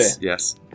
Yes